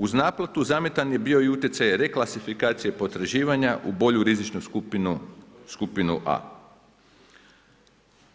Uz naplatu zamjetan je bio i utjecaj reklasifikacije potraživanja u bolju rizičnu skupinu, skupinu A.